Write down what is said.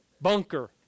bunker